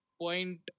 point